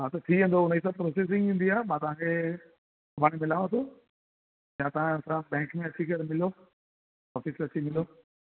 हां त थी वेंदो हुनजी प्रोसीजिंग हूंदी आहे मां तव्हांखे सुभाणे मिलांव थो या तव्हां बैंक में अची करे मिलो ऐं फिक्स थी वेंदो